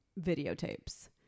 videotapes